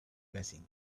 blessing